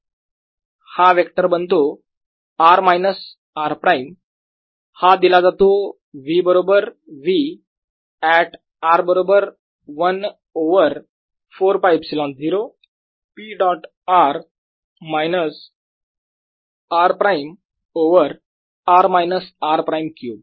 हा वेक्टर बनतो r minus r prime हा दिला जातो V बरोबर V ऍट r बरोबर 1 over 4πε0 P dot r minus r prime over r minus r prime cube